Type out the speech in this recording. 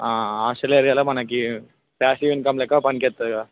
hostel ఏరియాలో మనకి passive income లెక్క పనికోస్తాయి కదా